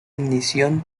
ignición